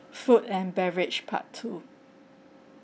food and beverage part two